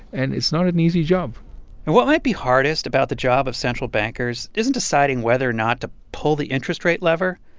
and it's not an easy job and what might be hardest about the job of central bankers isn't deciding whether or not to pull the interest rate lever.